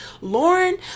Lauren